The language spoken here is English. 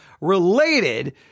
related